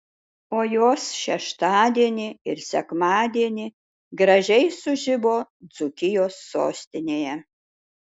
o jos šeštadienį ir sekmadienį gražiai sužibo dzūkijos sostinėje